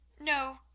No